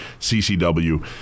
CCW